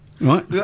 Right